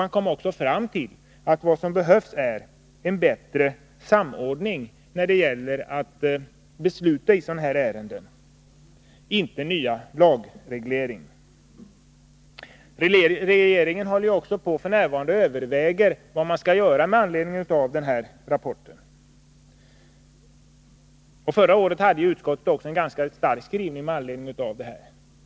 Man kom också fram till att vad som behövs är en bättre samordning när det gäller att besluta i sådana här ärenden, inte nya lagregleringar. Regeringen överväger f. n. också vad man skall göra med anledning av den här rapporten. Förra året hade utskottet dessutom en ganska stark skrivning med anledning av liknande motionsyrkanden.